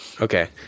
Okay